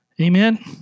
Amen